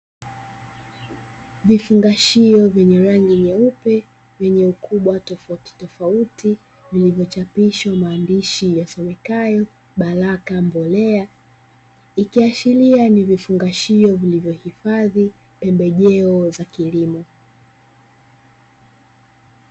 Vifungashio vyenye rangi nyeupe yenye ukubwa tofauti tofauti vilivyochapishwa maandishi yasomekayo baraka mbolea, ikiashiria ni vifungashio vilivyohifadhi pembejeo za kilimo.